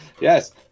Yes